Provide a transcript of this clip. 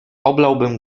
oblałbym